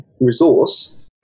resource